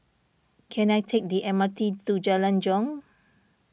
can I take the M R T to Jalan Jong